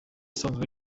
asanzwe